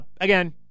again